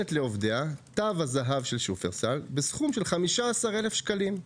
שנותנת לעובדיה תו הזהב של שופרסל בסכום של 15,000 ₪,